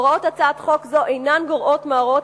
הוראות הצעת חוק זו אינן גורעות מההוראות